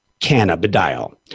cannabidiol